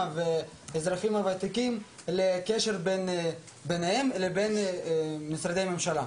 והאזרחים לוותיקים לקשר ביניהם לבין משרדי הממשלה.